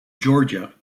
georgia